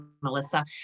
Melissa